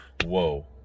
whoa